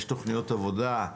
האם יש תוכניות עבודה?